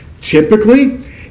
Typically